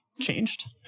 changed